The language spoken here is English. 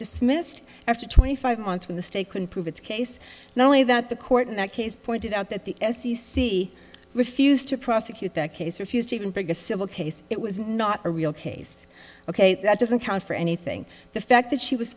dismissed just after twenty five months when the state couldn't prove its case not only that the court in that case pointed out that the f c c refused to prosecute that case refused even biggest civil case it was not a real case ok that doesn't count for anything the fact that she was